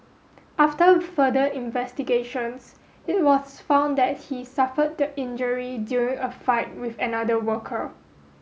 after further investigations it was found that he suffered the injury during a fight with another worker